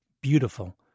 beautiful